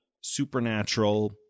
supernatural